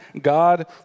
God